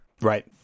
Right